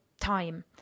time